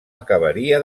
acabaria